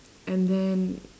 and then